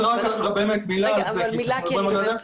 אז רק מילה על זה.